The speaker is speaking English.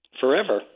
forever